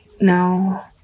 No